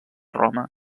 roma